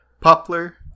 poplar